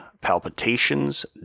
palpitations